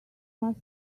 must